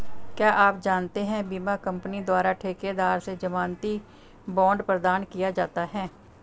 क्या आप जानते है बीमा कंपनी द्वारा ठेकेदार से ज़मानती बॉण्ड प्रदान किया जाता है?